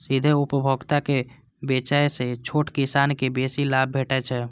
सीधे उपभोक्ता के बेचय सं छोट किसान कें बेसी लाभ भेटै छै